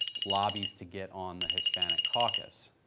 lobbies to get on the hispanic caucus,